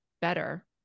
better